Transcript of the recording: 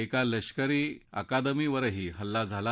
एका लष्करी अकादमीवरही हल्ला झाला